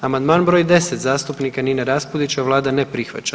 Amandman br. 10 zastupnika Nina Raspudića, Vlada ne prihvaća.